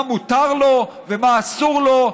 מה מותר לו ומה אסור לו.